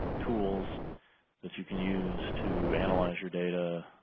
tools that you can use to analyze your data.